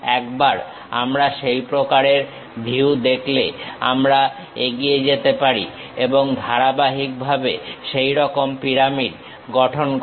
একবার আমরা সেই প্রকারের ভিউ দেখলে আমরা এগিয়ে যেতে পারি এবং ধারাবাহিকভাবে সেই রকম পিরামিড গঠন করো